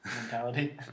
mentality